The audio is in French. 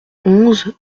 onze